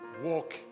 walk